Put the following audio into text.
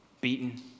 beaten